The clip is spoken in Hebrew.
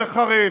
יותר חריף,